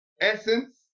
essence